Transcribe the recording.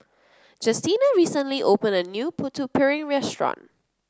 Justina recently opened a new Putu Piring Restaurant